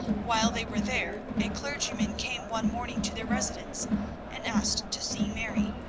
while they were there, a clergyman came one morning to their residence and asked to see mary.